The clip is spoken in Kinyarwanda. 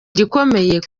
gikomeye